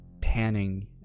panning